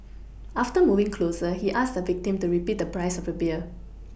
after moving closer he asked the victim to repeat the price of the beer